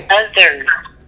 others